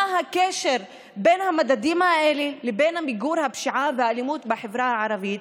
מה הקשר בין המדדים האלה לבין מיגור הפשיעה והאלימות בחברה הערבית,